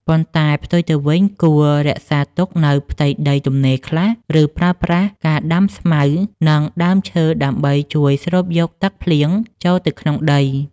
ប៉ុន្តែផ្ទុយទៅវិញ គួររក្សាទុកនូវផ្ទៃដីទំនេរខ្លះ ឬប្រើប្រាស់ការដាំស្មៅ និងដើមឈើដើម្បីជួយស្រូបយកទឹកភ្លៀងចូលទៅក្នុងដី។